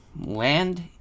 land